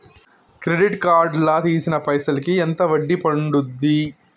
Credit card లా తీసిన పైసల్ కి ఎంత వడ్డీ పండుద్ధి?